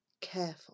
careful